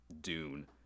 Dune